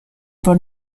por